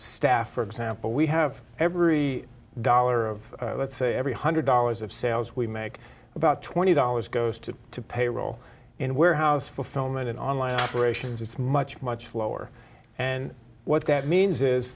staff for example we have every dollar of let's say every hundred dollars of sales we make about twenty dollars goes to to payroll in warehouse fulfillment and on line operations it's much much lower and what that means is